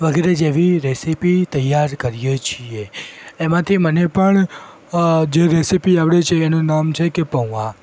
વગેરે જેવી રૅસિપી તૈયાર કરીએ છીએ એમાંથી મને પણ અ જે રૅસિપી આવડે છે એનું નામ છે કે પૌવા